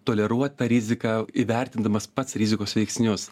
toleruot tą riziką įvertindamas pats rizikos veiksnius